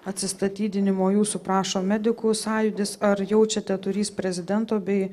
atsistatydinimo jūsų prašo medikų sąjūdis ar jaučiate turįs prezidento bei